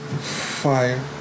Fire